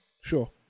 Sure